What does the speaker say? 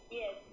yes